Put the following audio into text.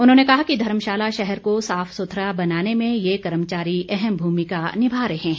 उन्होंने कहा कि धर्मशाला शहर को साफ सुथरा बनाने में ये कर्मचारी अहम भूमिका निभा रहे हैं